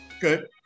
Good